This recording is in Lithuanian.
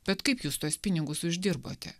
bet kaip jūs tuos pinigus uždirbote